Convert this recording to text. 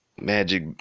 Magic